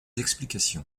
explications